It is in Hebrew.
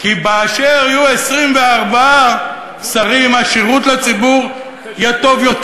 כי כאשר יהיו 24 שרים השירות לציבור יהיה טוב יותר.